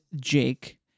jake